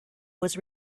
was